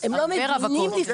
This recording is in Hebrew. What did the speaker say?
הרבה רווקות.